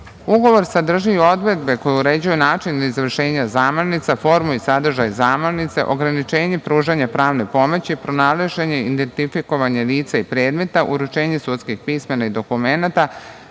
sadrži i odredbe koje uređuju način izvršenja zamolnica, formu i sadržaj zamolnica, ograničenje pružanja pravne pomoći, pronalaženje, identifikovanje lica i predmeta, uručenje sudskih pismena i dokumenata,